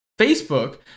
Facebook